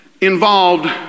involved